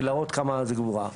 כדי להראות כמה זה גבורה.